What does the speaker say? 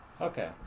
Okay